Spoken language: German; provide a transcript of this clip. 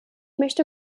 möchte